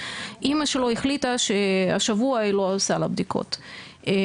אמא שלו החליטה שהשבוע היא לא עושה לו בדיקות ובסופו